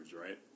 right